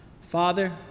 father